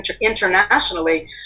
internationally